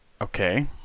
Okay